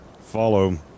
follow